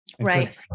Right